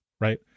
right